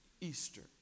Easter